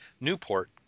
Newport